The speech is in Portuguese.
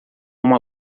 uma